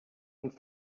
und